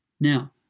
Now